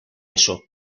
eso